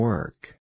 Work